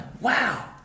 Wow